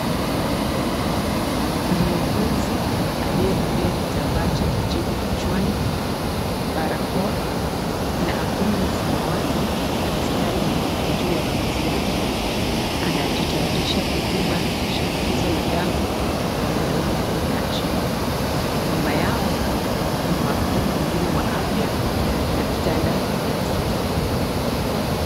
Muuguzi aliyevalia kitambaa cha kijivu kichwani, barakoa na aproni ya samawati na mistari meupe juu ya mavazi yake, anajitayarisha kupima shinikizo la damu la mwanaume aliye kaa chini. Nyuma yao, kuna wahudumu wengine wa afya na vitanda vya hospitalini.